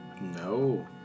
No